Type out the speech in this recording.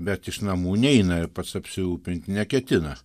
bet iš namų neina ir pats apsirūpint neketina